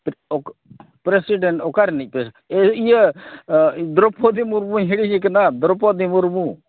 president ᱚᱠᱟᱨᱮᱱᱤᱡ ᱤᱭᱟᱹ ᱫᱨᱳᱣᱯᱚᱫᱤ ᱢᱩᱨᱢᱩᱧ ᱦᱤᱲᱤᱧᱤᱠᱟᱱᱟ ᱫᱨᱳᱣᱯᱚᱫᱤ ᱢᱩᱨᱢᱩ